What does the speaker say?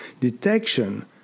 detection